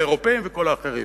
האירופים וכל האחרים,